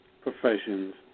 professions